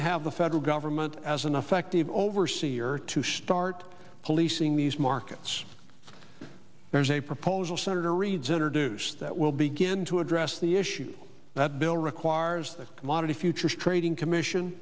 to have the federal government as an effective overseer to start policing these markets there's a proposal senator reid's introduced that will begin to address the issues that bill require ours monody futures trading commission